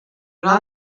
una